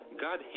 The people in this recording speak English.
God